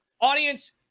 audience